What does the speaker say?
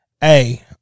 Hey